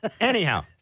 Anyhow